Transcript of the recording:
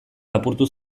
lapurtu